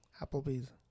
Applebee's